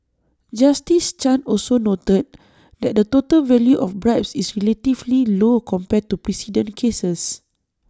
justice chan also noted that the total value of bribes is relatively low compared to precedent cases